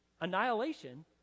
annihilation